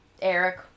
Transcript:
Eric